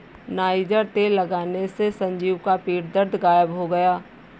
niger तेल लगाने से संजीव का पीठ दर्द गायब हो गया